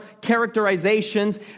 characterizations